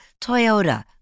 Toyota